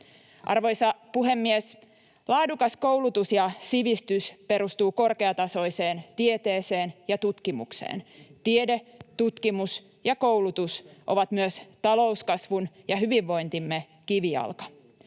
Arvoisa puhemies! Laadukas koulutus ja sivistys perustuvat korkeatasoiseen tieteeseen ja tutkimukseen. Tiede, tutkimus ja koulutus ovat myös talouskasvun ja hyvinvointimme kivijalka.